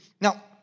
Now